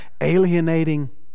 alienating